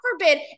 forbid